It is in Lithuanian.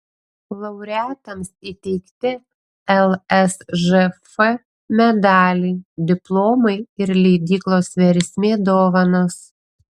laureatams įteikti lsžf medaliai diplomai ir leidyklos versmė dovanos